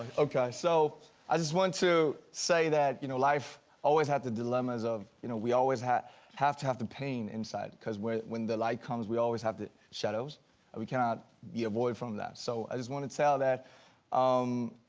okay, so i just want to say that you know life always had the dilemmas of, you know we always have to have the pain inside because when when the light comes we always have the shadows and we cannot be avoid from that so i just want to tell that um,